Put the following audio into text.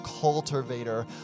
cultivator